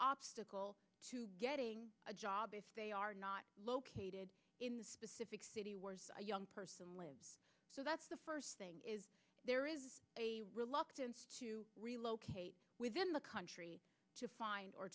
obstacle to getting a job if they are not located in the specific city where a young person lives so that's the first thing is there is a reluctance to relocate within the country to find or